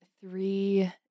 three